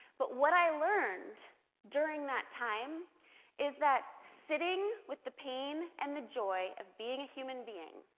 but what i learned during that time is that sitting with the pain and the joy of being a human being